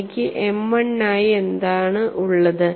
എനിക്ക് M1 നായി എന്താണ് ഉള്ളത്